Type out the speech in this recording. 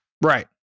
right